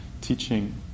teaching